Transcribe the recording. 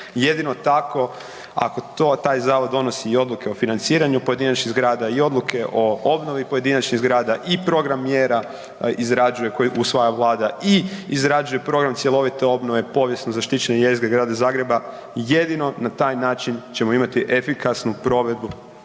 jedino tako ako taj zavod donosi i odluke o financiranju pojedinačnih zgrada i odluke o obnovi pojedinačnih zgrada i program mjera izrađuje koji usvaja Vlada i izrađuje program cjelovite obnove povijesno zaštićene jezgre Grada Zagreba, jedino na taj način ćemo imati efikasnu provedbu